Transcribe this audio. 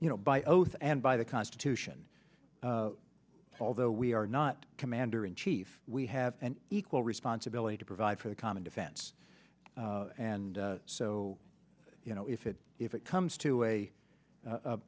you know by oath and by the constitution although we are not commander in chief we have an equal responsibility to provide for the common defense and so you know if it if it comes to a